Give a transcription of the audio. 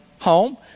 home